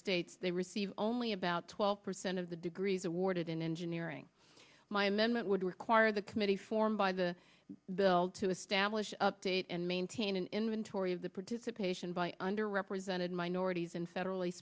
states they receive only about twelve percent of the degrees awarded in engineering my amendment would require the committee formed by the bill to establish update and maintain an inventory of the participation by under represented minorities in federally